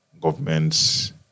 governments